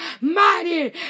mighty